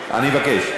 אני מבקש.